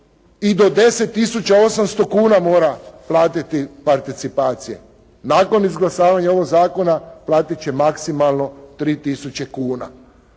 i do 10.800,00 kuna mora platiti participacije. Nakon izglasavanja ovog zakona platiti će maksimalno 3 tisuće kuna.